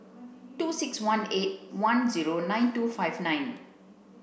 two six one eight zero nine two five nine